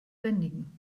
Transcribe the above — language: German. bändigen